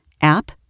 app